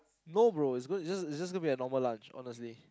no bro it's gon~it's just it's just gonna be a normal lunch honestly